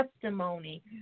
testimony